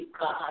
God